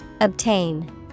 Obtain